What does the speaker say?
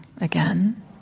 again